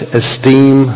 esteem